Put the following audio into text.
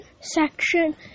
section